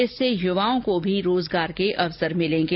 इससे युवाओं को भी रोजगार के अवसर मिलेंगे